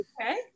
okay